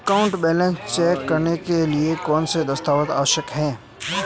Account balance check करने के लिए कौनसे दस्तावेज़ आवश्यक हैं?